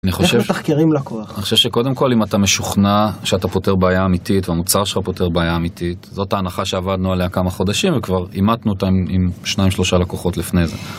אני חושב... איך מתחקרים לקוח? אני חושב שקודם כל אם אתה משוכנע שאתה פותר בעיה אמיתית והמוצר שלך פותר בעיה אמיתית, זאת ההנחה שעבדנו עליה כמה חודשים וכבר אימתנו אותה עם שניים שלושה לקוחות לפני זה.